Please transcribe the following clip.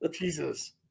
Jesus